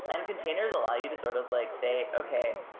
and containers allow you to sort of like say, okay,